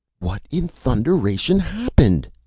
what in thunderation happened?